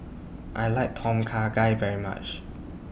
I like Tom Kha Gai very much